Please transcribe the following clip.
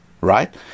right